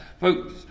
Folks